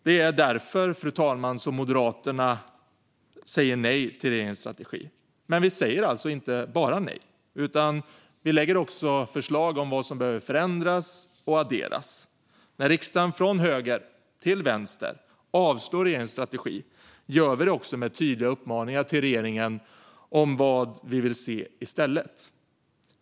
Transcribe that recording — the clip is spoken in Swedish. Det är därför, fru talman, som Moderaterna säger nej till regeringens strategi. Men vi säger inte bara nej, utan vi lägger också fram förslag om vad som behöver förändras och adderas. När vi i riksdagen från höger till vänster avslår regeringens strategi gör vi det med tydliga uppmaningar till regeringen om vad vi vill se i stället.